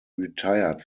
retired